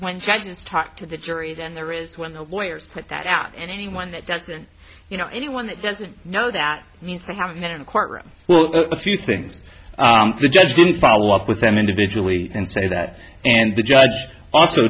judges talk to the jury then there is when the lawyers put that out and anyone that doesn't you know anyone that doesn't know that means for having been in a courtroom well a few things the judge didn't follow up with them individually and so that and the judge also